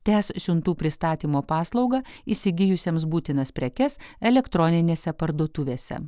tęs siuntų pristatymo paslaugą įsigijusiems būtinas prekes elektroninėse parduotuvėse